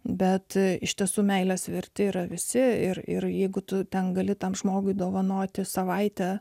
bet iš tiesų meilės verti yra visi ir ir jeigu tu ten gali tam žmogui dovanoti savaitę